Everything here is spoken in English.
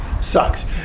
Sucks